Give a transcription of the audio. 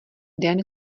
den